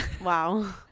wow